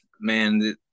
man